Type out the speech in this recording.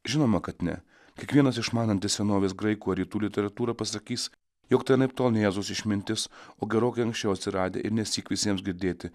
žinoma kad ne kiekvienas išmanantis senovės graikų ar rytų literatūrą pasakys jog tai anaiptol ne jėzaus išmintis o gerokai anksčiau atsiradę ir nesyk visiems girdėti